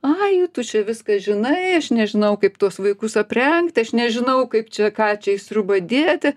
ai jau tu čia viską žinai aš nežinau kaip tuos vaikus aprengti aš nežinau kaip čia ką čia į sriubą dėti